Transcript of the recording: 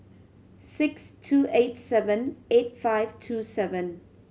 six two eight seven eight five two seven